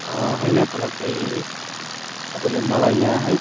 होइन चालक भाइ तपाईँले मलाई यहाँ है